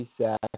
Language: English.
sack